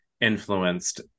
influenced